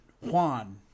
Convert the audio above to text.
Juan